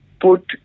put